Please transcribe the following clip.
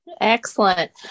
Excellent